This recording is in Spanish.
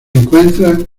encuentran